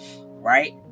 Right